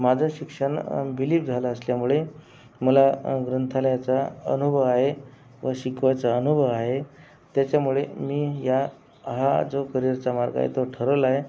माझं शिक्षण B Lib झालं असल्यामुळे मला ग्रंथालयाचा अनुभव आहे व शिकवायचा अनुभव आहे त्याच्यामुळे मी या हा जो करिअरचा मार्ग आहे तो ठरवला आहे